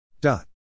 dot